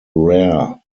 rare